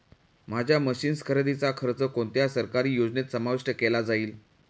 माझ्या मशीन्स खरेदीचा खर्च कोणत्या सरकारी योजनेत समाविष्ट केला जाईल?